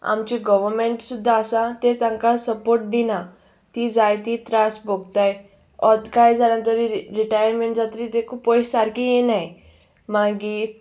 आमचे गोवमेंट सुद्दा आसा तें तांकां सपोर्ट दिना ती जाय ती त्रास भोगताय कांय जाला तरी रिटायरमेंट जात्री पयश सारकी येनाय मागीर